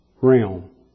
realm